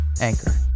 Anchor